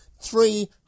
three